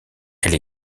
elle